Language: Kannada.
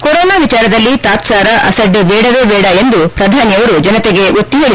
ಕೊರೊನಾ ವಿಚಾರದಲ್ಲಿ ತಾತ್ಲಾರ ಅಸಡ್ಡೆ ಬೇಡವೇ ಬೇಡ ಎಂದು ಪ್ರಧಾನಿಯವರು ಜನತೆಗೆ ಒತ್ತಿ ಹೇಳಿದರು